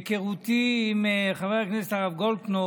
היכרותי עם חבר הכנסת הרב גולדקנופ